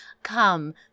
Come